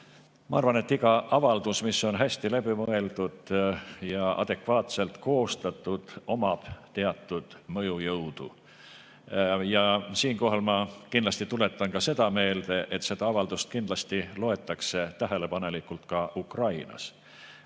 Ma arvan, et igal avaldusel, mis on hästi läbi mõeldud ja adekvaatselt koostatud, on teatud mõjujõud. Siinkohal ma kindlasti tuletan meelde, et seda avaldust kindlasti loetakse tähelepanelikult ka Ukrainas.